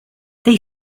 they